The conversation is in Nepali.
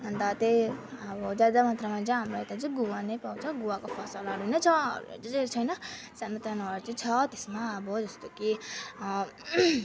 अन्त त्यही अब ज्यादा मात्रामा चाहिँ हाम्रो यता चाहिँ गुवा नै पाउँछ गुवाको फसलहरू नै छ सानोतिनोहरू चाहिँ छ अब त्यसमा अब जस्तो कि